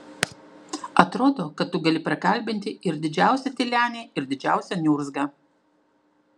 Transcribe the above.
atrodo kad tu gali prakalbinti ir didžiausią tylenį ir didžiausią niurzgą